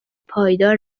پایدار